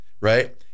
right